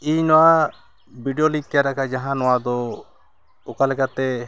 ᱤᱧ ᱱᱚᱣᱟ ᱵᱷᱤᱰᱭᱳ ᱞᱤᱧ ᱛᱮᱭᱟᱨ ᱟᱠᱟᱫᱼᱟ ᱡᱟᱦᱟᱸ ᱱᱚᱣᱟ ᱫᱚ ᱚᱠᱟ ᱞᱮᱠᱟᱛᱮ